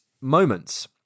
moments